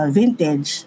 vintage